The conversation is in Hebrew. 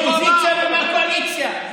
מהאופוזיציה ומהקואליציה,